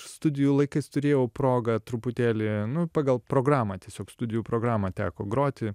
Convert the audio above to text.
studijų laikais turėjau progą truputėlį nu pagal programą tiesiog studijų programą teko groti